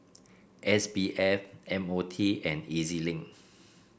S B F M O T and E Z Link